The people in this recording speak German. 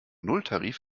nulltarif